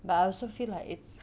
but I also feel like it's